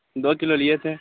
دو kilo لیے تھے